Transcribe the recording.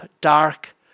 dark